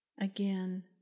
Again